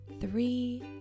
three